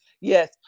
Yes